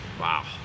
Wow